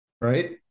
right